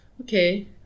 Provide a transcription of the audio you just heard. okay